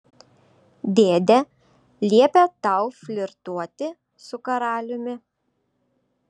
dėdė liepė tau flirtuoti su karaliumi